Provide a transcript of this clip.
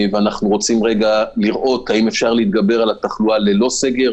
ואנחנו רוצים לראות האם אפשר להתגבר על התחלואה ללא סגר.